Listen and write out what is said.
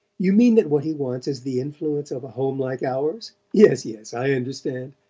you mean that what he wants is the influence of a home like ours? yes, yes, i understand.